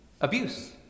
Abuse